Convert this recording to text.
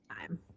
time